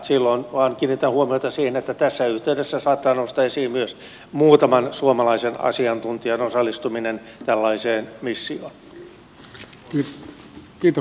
kiinnitän vain huomiota siihen että tässä yhteydessä saattaa nousta esiin myös muutaman suomalaisen asiantuntijan osallistuminen tällaiseen missioon